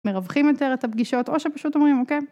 מרווחים יותר את הפגישות, או שפשוט אומרים אוקיי,